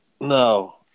No